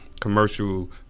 commercial